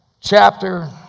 chapter